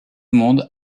monde